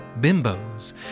bimbos